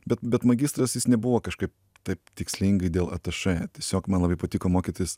bet bet magistras jis nebuvo kažkaip taip tikslingai dėl atašė tiesiog man labai patiko mokytis